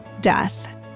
death